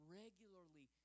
regularly